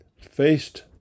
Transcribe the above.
faced